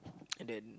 and then